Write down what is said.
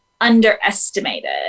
underestimated